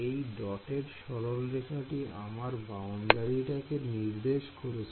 এই ডটেড সরলরেখাটি আমার বাউন্ডারিটাকা নির্দেশ করছে